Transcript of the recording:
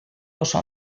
oso